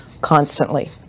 constantly